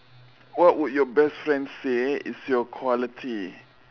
what would your best friend say is your quality